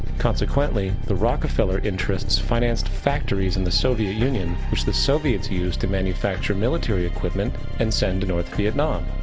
consequently, the rockefeller interests financed factories in the soviet union, which the soviets used to manufacture military equipment and send to north vietnam.